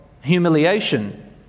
humiliation